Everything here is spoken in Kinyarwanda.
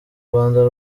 rwanda